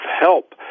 help